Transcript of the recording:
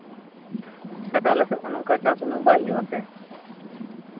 ᱪᱤᱠᱟᱹᱛᱮ ᱟᱞᱮ ᱥᱮᱫ ᱦᱚᱸ ᱱᱚᱝᱠᱟ ᱪᱟᱥ ᱩᱱᱟᱹᱜ ᱵᱟᱭ ᱦᱩᱭᱩᱜ ᱟᱥᱮ